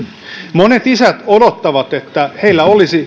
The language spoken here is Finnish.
monet isät odottavat että heillä olisi